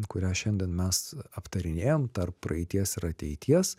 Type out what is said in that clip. kurią šiandien mes aptarinėjam tarp praeities ir ateities